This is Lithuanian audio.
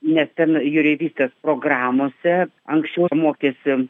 nes ten jūreivystės programose anksčiau mokėsi